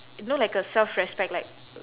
you know like a self respect like